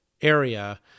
area